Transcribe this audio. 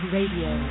Radio